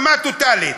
דממה טוטלית.